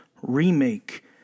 Remake